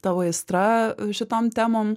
tavo aistra šitom temom